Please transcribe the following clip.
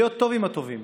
להיות טוב עם הטובים,